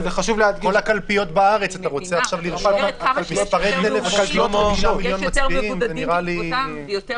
אתה רוצה לרשום את מספרי הטלפון בכל הקלפיות בארץ.